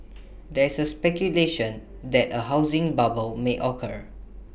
there is speculation that A housing bubble may occur